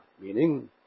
Meaning